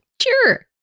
Sure